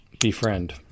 Befriend